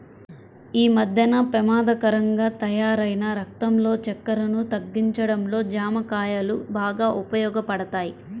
యీ మద్దెన పెమాదకరంగా తయ్యారైన రక్తంలో చక్కెరను తగ్గించడంలో జాంకాయలు బాగా ఉపయోగపడతయ్